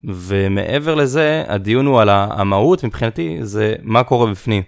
ומעבר לזה הדיון הוא על המהות מבחינתי, זה מה קורה בפנים.